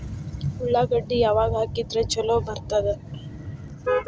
ಉಳ್ಳಾಗಡ್ಡಿ ಯಾವಾಗ ಹಾಕಿದ್ರ ಛಲೋ ಬರ್ತದ?